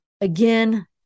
again